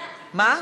מה?